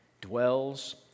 dwells